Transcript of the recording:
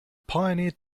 pioneered